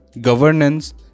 governance